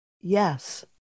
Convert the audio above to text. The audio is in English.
Yes